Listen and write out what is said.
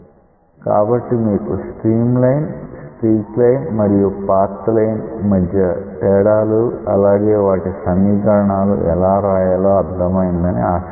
కాబట్టి మీకు stream line streak line మరియు పాత్ లైన్ మధ్య తేడాలు అలాగే వాటి సమీకరణాలు ఎలా వ్రాయాలో అర్థమైందని ఆశిస్తున్నాను